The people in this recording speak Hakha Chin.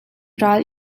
ral